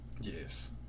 Yes